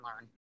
learn